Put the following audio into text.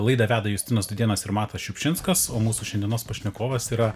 laidą veda justinas dūdėnas ir matas šiupšinskas o mūsų šiandienos pašnekovas yra